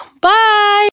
Bye